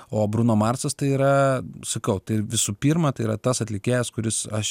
o bruno marsas tai yra sakau tai visų pirma tai yra tas atlikėjas kuris aš